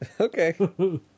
Okay